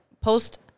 post